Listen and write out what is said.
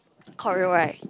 choreo right